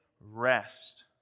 rest